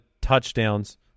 touchdowns